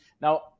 Now